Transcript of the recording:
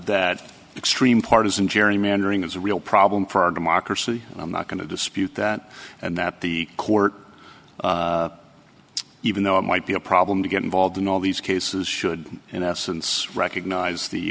that extreme partisan gerrymandering is a real problem for our democracy and i'm not going to dispute that and that the court even though it might be a problem to get involved in all these cases should in essence recognize the